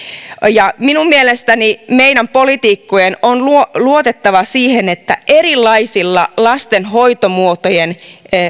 minun mielestäni meidän poliitikkojen on luotettava siihen että erilaisten lastenhoitomuotojen